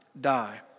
die